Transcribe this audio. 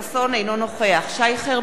אינו נוכח שי חרמש,